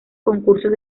concursos